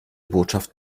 botschaft